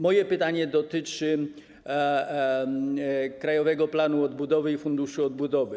Moje pytanie dotyczy Krajowego Planu Odbudowy i Funduszu Odbudowy.